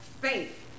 faith